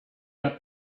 got